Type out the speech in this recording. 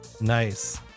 Nice